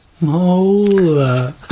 Mola